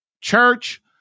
church